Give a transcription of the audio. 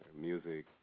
music